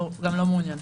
גם לא מעוניין.